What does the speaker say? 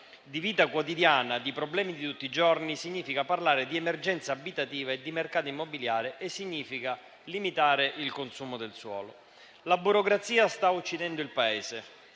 La burocrazia sta uccidendo il Paese: